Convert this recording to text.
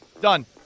Done